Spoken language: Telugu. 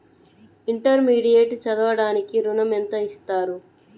ఇంటర్మీడియట్ చదవడానికి ఋణం ఎంత ఇస్తారు?